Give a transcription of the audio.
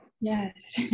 Yes